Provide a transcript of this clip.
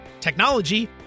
technology